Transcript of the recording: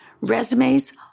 Resumes